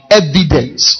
evidence